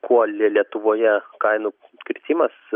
kuo lietuvoje kainų kritimas